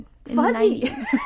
fuzzy